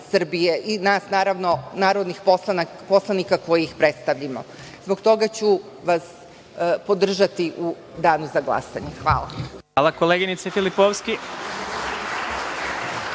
i nas, naravno, narodnih poslanika koji ih predstavljamo. Zbog toga ću vas podržati u danu za glasanje. Hvala. **Vladimir Marinković**